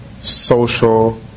social